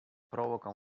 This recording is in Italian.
provoca